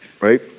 right